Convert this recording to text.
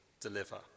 deliver